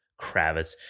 Kravitz